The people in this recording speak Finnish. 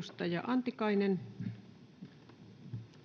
[Speech